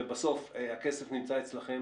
ובסוף הכסף נמצא אצלכם.